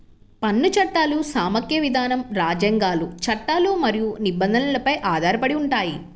పన్ను చట్టాలు సమాఖ్య విధానం, రాజ్యాంగాలు, చట్టాలు మరియు నిబంధనలపై ఆధారపడి ఉంటాయి